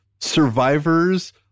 survivors